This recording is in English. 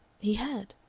he had.